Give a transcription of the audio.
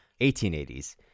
1880s